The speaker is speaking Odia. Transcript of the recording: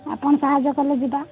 ଆପଣ ସାହାଯ୍ୟ କଲେ ଯିବା